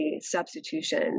substitution